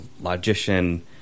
logician